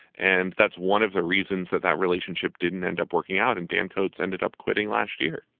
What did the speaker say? and that's one of the reasons that that relationship didn't end up working out. and dan coats ended up quitting last year